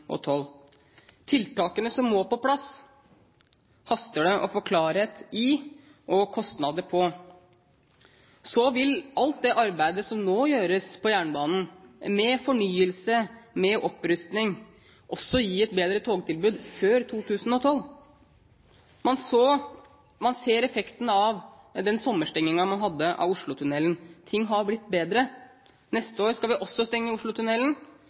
Tiltakene som må på plass, haster det å få klarhet i og kostnader på. Så vil alt det arbeidet som nå gjøres på jernbanen med fornyelse og med opprustning, også gi et bedre togtilbud før 2012. Man ser effekten av den sommerstengningen man hadde av Oslotunnelen. Ting har blitt bedre. Neste år skal vi også stenge Oslotunnelen